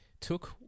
took